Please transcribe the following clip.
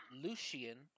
Lucian